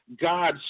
God